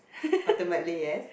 ultimately yes